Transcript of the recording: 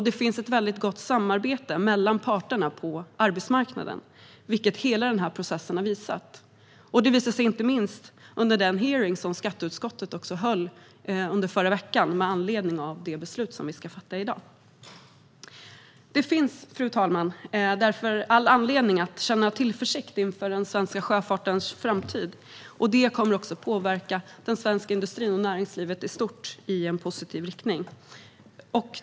Det finns ett gott samarbete mellan parterna på arbetsmarknaden, vilket hela den här processen har visat. Det visade sig inte minst under den hearing som skatteutskottet höll i förra veckan med anledning av det beslut vi ska fatta i dag. Därför, fru talman, finns det all anledning att känna tillförsikt inför den svenska sjöfartens framtid. Detta kommer att påverka svensk industri och näringslivet i stort i en positiv riktning.